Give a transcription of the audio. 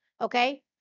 Okay